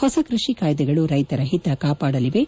ಹೊಸ ಕೃಷಿ ಕಾಯ್ದೆಗಳು ರೈತರ ಹಿತ ಕಾಪಾಡಲಿವೆ